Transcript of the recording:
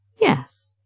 Yes